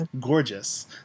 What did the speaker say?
gorgeous